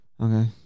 Okay